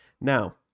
Now